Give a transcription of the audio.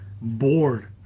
bored